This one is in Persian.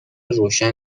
روشن